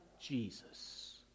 Jesus